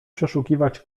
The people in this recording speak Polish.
przeszukiwać